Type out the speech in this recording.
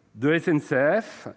filiale de la SNCF.